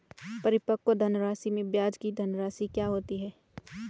परिपक्व धनराशि में ब्याज की धनराशि क्या होती है?